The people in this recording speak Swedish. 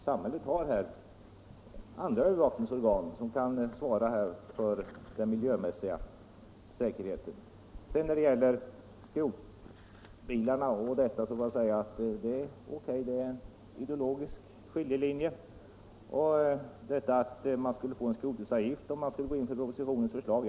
Samhället har här övervakningsorgan som kan svara för den miljömässiga säkerheten. Det är en ideologisk skiljelinje som gör att vi har olika åsikter i frågan om skrotbilarna. Jag vidhåller att man skulle få en skrotbilsavgift om man går in för propositionens förslag.